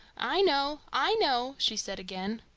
i know, i know! she said again.